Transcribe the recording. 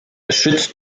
chute